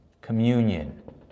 communion